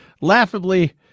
laughably